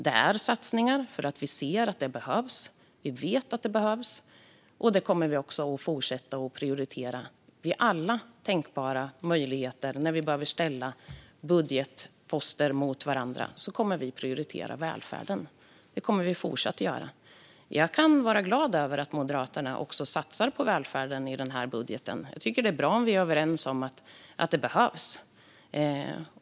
Vi gör satsningar för att vi ser att det behövs. Vi vet att det behövs, och vi kommer att fortsätta att prioritera välfärden i alla tänkbara möjligheter när vi behöver ställa budgetposter mot varandra. Det kommer vi fortsatt att göra. Jag kan vara glad över att också Moderaterna satsar på välfärden i sin budget. Jag tycker att det är bra om vi är överens om att det behövs.